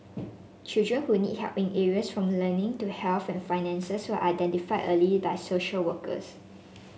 children who need help in areas from learning to health and finances were identified early by social workers